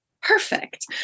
perfect